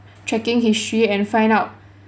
tracking history and find out